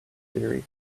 series